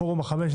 פורום ה-15,